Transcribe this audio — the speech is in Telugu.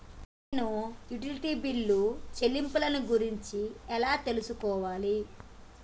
నేను యుటిలిటీ బిల్లు చెల్లింపులను గురించి ఎలా తెలుసుకోవాలి?